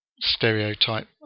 stereotype